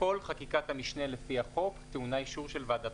כל חקיקת המשנה לפי החוק טעונה אישור של ועדת